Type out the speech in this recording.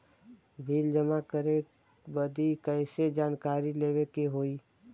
Bill जमा करे बदी कैसे जानकारी लेवे के होई?